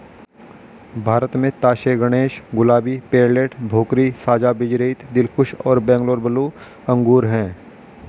भारत में तास ए गणेश, गुलाबी, पेर्लेट, भोकरी, साझा बीजरहित, दिलखुश और बैंगलोर ब्लू अंगूर हैं